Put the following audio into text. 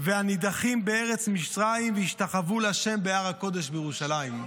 והנִּדָּחים בארץ מצרים והשתחוו לה' בהר הקֹּדש בירושלם".